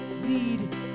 need